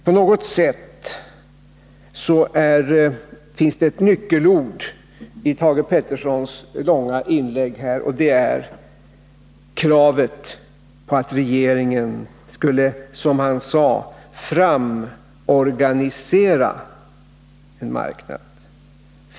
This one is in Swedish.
På något sätt finns det ett nyckelord i Thage Petersons långa inlägg här, och det är kravet på att regeringen skulle, som han sade, framorganisera en marknad.